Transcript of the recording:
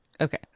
Okay